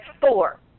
four